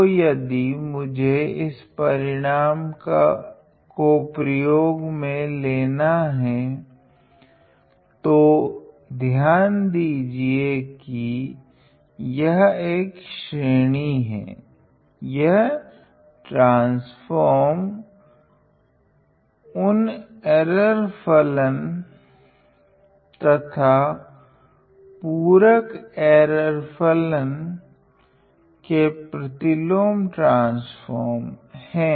तो यदि मुझे इस परिणाम को प्रयोग में लेना हैं तो ध्यान दीजिए कि यह एक श्रेणी हैं यह ट्रान्स्फ़ोर्म उन एर्र फलन तथा पूरक एर्र फलन के प्रतिलोम ट्रान्स्फ़ोर्म्स हैं